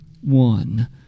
One